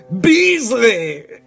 Beasley